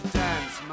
dance